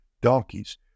donkeys